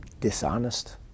dishonest